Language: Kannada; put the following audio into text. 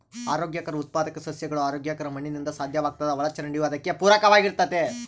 ಆರೋಗ್ಯಕರ ಉತ್ಪಾದಕ ಸಸ್ಯಗಳು ಆರೋಗ್ಯಕರ ಮಣ್ಣಿನಿಂದ ಸಾಧ್ಯವಾಗ್ತದ ಒಳಚರಂಡಿಯೂ ಅದಕ್ಕೆ ಪೂರಕವಾಗಿರ್ತತೆ